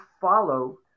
follow